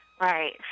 Right